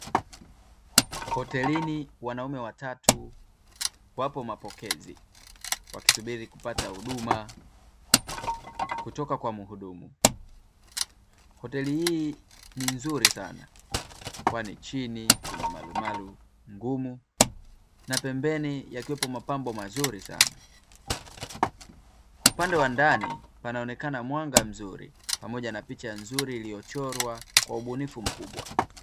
Hotelini wanaume watatu wapo mapokezi, wakisubiri kupata huduma kutoka kwa mhudumu, hoteli hii ni nzuri sana kwani chini kuna marumaru ngumu na pembeni yakiwepo mapambo mazuri sana. Upande wa ndani panaonekana mwanga mzuri pamoja na picha nzuri iliyochorwa kwa ubunifu mkubwa.